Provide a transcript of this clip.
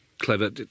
Clever